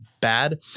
bad